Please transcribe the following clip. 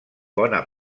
bona